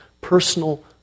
personal